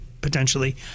potentially